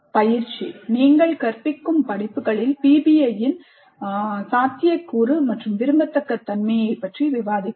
பயிற்சி நீங்கள் கற்பிக்கும் படிப்புகளில் PBIயின் சாத்தியக்கூறு மற்றும் விரும்பத்தக்க தன்மையைப் பற்றி விவாதிக்கவும்